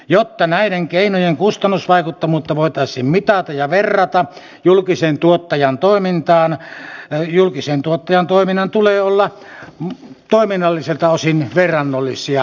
jotta näiden keinojen kustannusvaikuttavuutta voitaisiin mitata ja verrata julkisen tuottajan toimintaan julkisen tuottajan toiminnan tulee olla toiminnallisilta osin verrannollinen näihin